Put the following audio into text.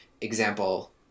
example